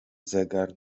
zegar